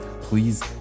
please